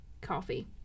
coffee